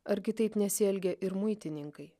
argi taip nesielgia ir muitininkai